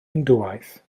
hindŵaeth